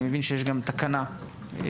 אני מבין שיש גם תקנה בנושא,